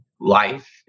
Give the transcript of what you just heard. life